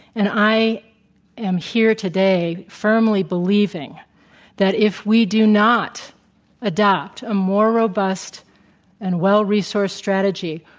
and i am here today firmly believing that if we do not adopt a more-robust and well-resourced strategy,